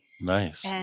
Nice